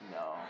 No